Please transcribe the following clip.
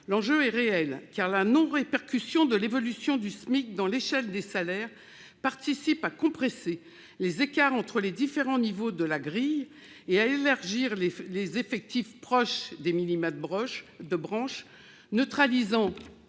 L'enjeu est réel : la non-répercussion de l'évolution du SMIC dans l'échelle des salaires contribue à compresser les écarts entre les différents niveaux de la grille et à élargir les effectifs proches des minima de branche, neutralisant